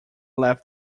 left